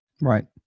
Right